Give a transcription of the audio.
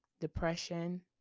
depression